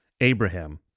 Abraham